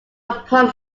upon